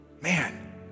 Man